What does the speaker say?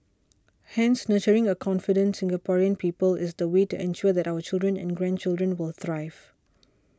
Hence nurturing a confident Singaporean people is the way to ensure that our children and grandchildren will thrive